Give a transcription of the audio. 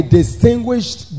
distinguished